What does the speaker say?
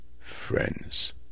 friends